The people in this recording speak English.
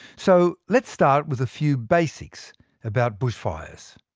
so let's start with a few basics about bushfires.